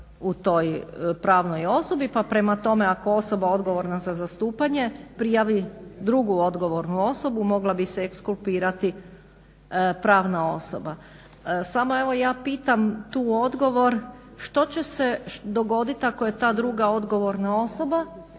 u toj pravnoj osobi. Pa prema tome, ako osoba odgovorna za zastupanje prijavi drugu odgovornu osobu mogla bi se ekskulpirati pravna osoba. Samo evo ja pitam tu odgovor što će se dogoditi ako je ta druga odgovorna osoba